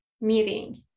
meeting